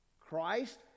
Christ